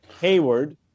Hayward